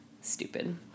Stupid